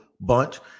bunch